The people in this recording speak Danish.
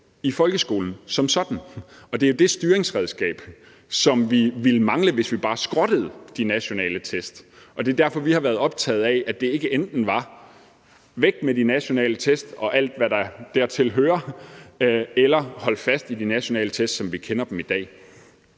i folkeskolen som sådan. Og det er det styringsredskab, som vi ville mangle, hvis vi bare skrottede de nationale test. Det er derfor, vi har været optaget af, at det ikke enten er væk med de nationale test og alt, hvad dertil hører, eller hold fast i de nationale test, som vi kender dem i dag.